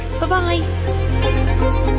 bye-bye